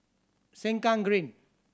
Sengkang Green